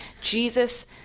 Jesus